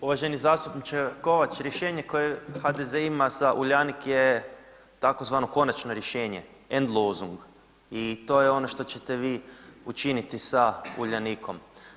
Uvaženi zastupniče Kovač, rješenje koje HDZ ima za Uljanik je tzv. konačno rješenje Endlösung i to je ono što ćete vi učiniti sa Uljanikom.